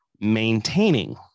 maintaining